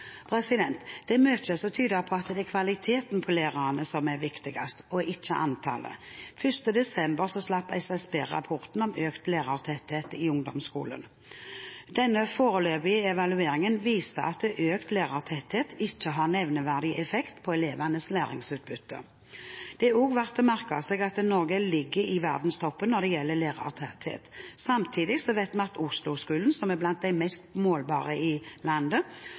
Det er mye som tyder på at det er kvaliteten på lærerne som er viktigst, ikke antallet. 1. desember slapp SSB rapporten om økt lærertetthet i ungdomsskolen. Denne foreløpige evalueringen viste at økt lærertetthet ikke har nevneverdig effekt på elevenes læringsutbytte. Det er verdt å merke seg at Norge ligger i verdenstoppen når det gjelder lærertetthet. Samtidig vet vi at Oslo-skolen, som er blant de målbart beste i landet,